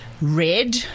red